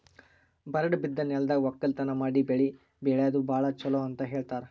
ಬರಡ್ ಬಿದ್ದ ನೆಲ್ದಾಗ ವಕ್ಕಲತನ್ ಮಾಡಿ ಬೆಳಿ ಬೆಳ್ಯಾದು ಭಾಳ್ ಚೊಲೋ ಅಂತ ಹೇಳ್ತಾರ್